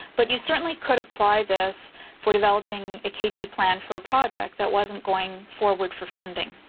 but you certainly could apply this for developing a kt plan for a project that wasn't going forward for funding.